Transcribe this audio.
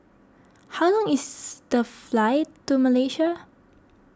how long is the flight to Malaysia